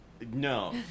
no